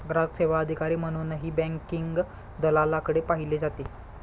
ग्राहक सेवा अधिकारी म्हणूनही बँकिंग दलालाकडे पाहिले जाते